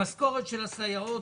המשכורת של הסייעות,